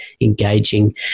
engaging